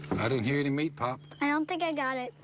i didn't hear any meat pop. i don't think i got it.